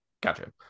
Gotcha